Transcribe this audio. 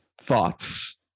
thoughts